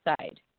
side